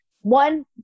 one